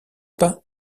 pas